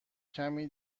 کمی